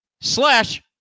slash